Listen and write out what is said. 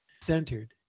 centered